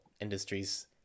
industries